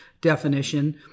definition